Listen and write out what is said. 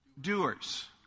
doers